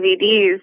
DVDs